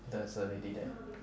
there's a lady there